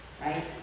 right